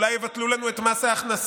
אולי יבטלו לנו את מס ההכנסה.